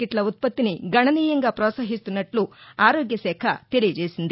కిట్ల ఉత్పత్తిని గణనీయంగా ప్రోత్సహిస్తున్నట్లు ఆరోగ్యశాఖ తెలియచేసింది